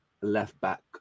left-back